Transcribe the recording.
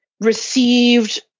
received